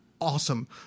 awesome